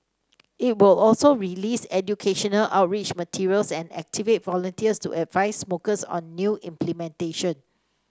it will also release educational outreach materials and activate volunteers to advice smokers on the new implementation